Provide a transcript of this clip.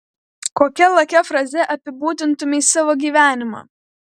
kokia lakia fraze apibūdintumei savo gyvenimą